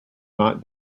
not